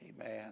Amen